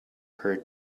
her